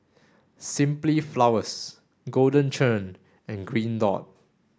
Simply Flowers Golden Churn and Green dot